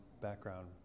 background